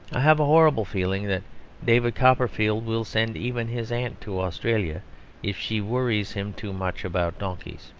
i have a horrible feeling that david copperfield will send even his aunt to australia if she worries him too much about donkeys.